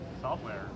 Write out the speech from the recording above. software